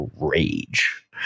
rage